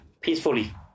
peacefully